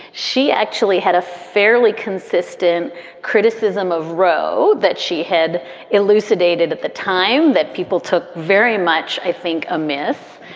she actually had a fairly consistent criticism of roe that she had elucidated at the time that people took very much, i think, a myth.